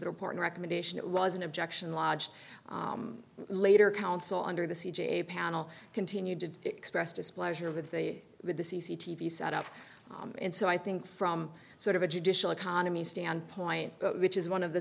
the report recommendation it was an objection lodged later counsel under the c g a panel continued to express displeasure with the with the c c t v set up and so i think from sort of a judicial economy standpoint which is one of the